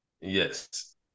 yes